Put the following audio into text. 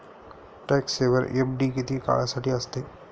Tax saver FD किती काळासाठी असते?